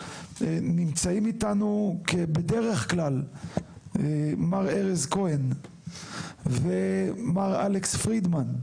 נמצאים איתנו בדרך כלל מר ארז כהן ומר אלכס פרידמן,